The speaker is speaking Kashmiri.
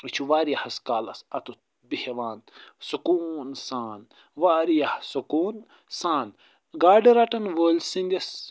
یہِ چھُ وارِیاہس کالس اَتُتھ بیٚہوان سکوٗن سان وارِیاہ سکوٗن سان گاڈٕ رَٹن وٲلۍ سٕنٛدِس